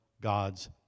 God's